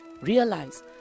realize